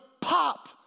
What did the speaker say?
pop